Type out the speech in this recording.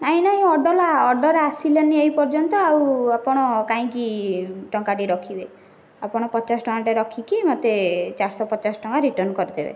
ନାଇଁ ନାଇଁ ଅଡ଼ଲ୍ ଅର୍ଡ଼ର୍ ଆସିଲାନି ଏଇ ପର୍ଯ୍ୟନ୍ତ ଆଉ ଆପଣ କାଇଁକି ଟଙ୍କାଟି ରଖିବେ ଆପଣ ପଚାଶ ଟଙ୍କାଟେ ରଖିକି ମୋତେ ଚାରିଶହ ପଚାଶ ଟଙ୍କା ରିଟର୍ନ୍ କରିଦେବେ